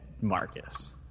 Marcus